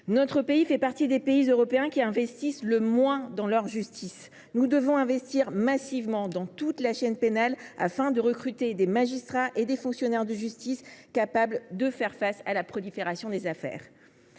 Notre pays fait partie des pays européens qui investissent le moins dans leur justice. Nous devons investir massivement dans toute la chaîne pénale pour recruter des magistrats et des fonctionnaires de justice capables de faire face à une prolifération d’affaires.